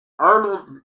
arnold